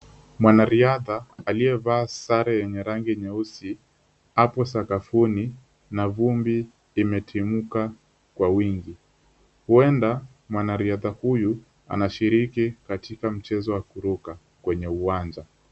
Mwanariadha aliyevaa sare yenye rangi nyeusi ako sakafuni na vumbi imetimka kwa wingi. Huenda mwanariadha huyu anashiriki katika mchezo wa kuruka kwenye uwanja.